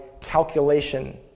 calculation